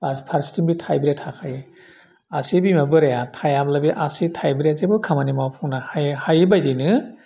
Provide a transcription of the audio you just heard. फास फारसेथिं बे थाइब्रैआ थाखायो आसि बिमा बोराइया थायाब्ला बे आसि थाइब्रैया जेबो खामानि मावफुंनो हायो हायैबायदिनो